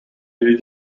jullie